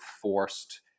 forced